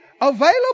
available